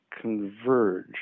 Converge